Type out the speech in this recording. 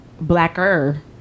blacker